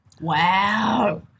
Wow